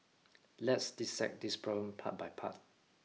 let's dissect this problem part by part